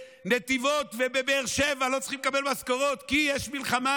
בנתיבות ובבאר שבע לא צריכים לקבל משכורות כי יש מלחמה